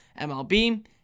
MLB